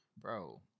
Bro